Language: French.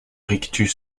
rictus